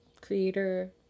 creator